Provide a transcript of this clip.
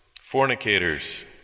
fornicators